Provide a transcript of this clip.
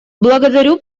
благодарю